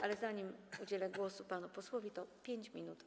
Ale zanim udzielę głosu panu posłowi, ogłoszę 5 minut